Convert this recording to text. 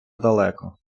далеко